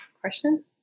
question